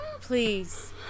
Please